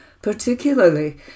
particularly